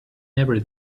every